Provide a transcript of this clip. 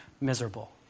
Miserable